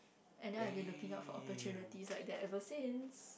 and then I've been looking out for opportunities like that ever since